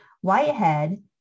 Whitehead